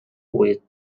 with